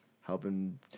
helping